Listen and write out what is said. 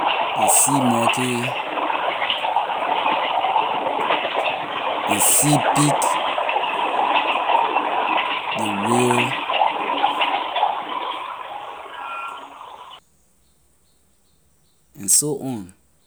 Ley sea monkey ley sea pig ley whale and so on.